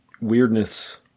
weirdness